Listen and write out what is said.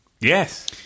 Yes